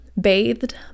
bathed